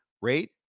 rate